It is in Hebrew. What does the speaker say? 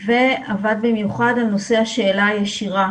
ועבד במיוחד על נושא השאלה הישירה,